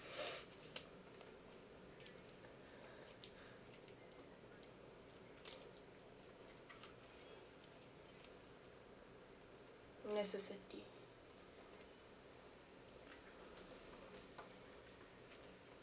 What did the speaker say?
necessity